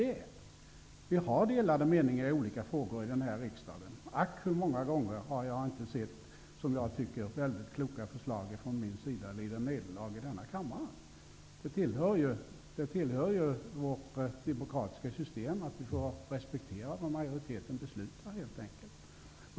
Vi har delade meningar i olika frågor i riksdagen. Ack, hur många gånger har jag inte sett förslag från min sida, som jag tycker har varit mycket kloka, lida nederlag i denna kammare! Det tillhör vårt demokratiska system att vi får respektera vad majoriteten beslutar.